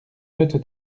meute